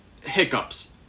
hiccups